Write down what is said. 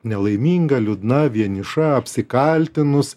nelaiminga liūdna vieniša apsikaltinus